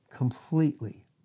completely